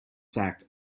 sacked